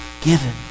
given